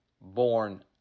born